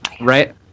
Right